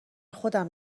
خودم